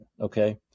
okay